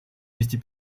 вести